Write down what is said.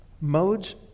modes